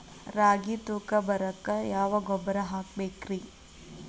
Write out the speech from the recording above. ರಾಗಿ ತೂಕ ಬರಕ್ಕ ಯಾವ ಗೊಬ್ಬರ ಹಾಕಬೇಕ್ರಿ?